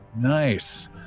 nice